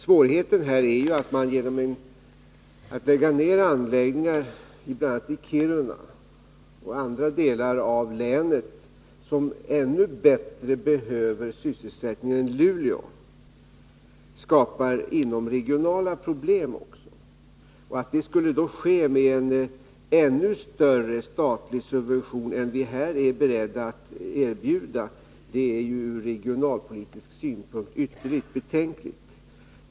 Svårigheten är ju, att när man lägger ner anläggningar i Kiruna och i andra delar av länet, som ännu bättre behöver sysselsättning än Luleå, så skapar man också inomregionala problem. Att det skulle ske med en ännu större statlig subvention än vi här är beredda att erbjuda är ju ytterligt betänkligt ur regionalpolitisk synpunkt.